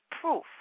proof